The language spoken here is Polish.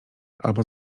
albo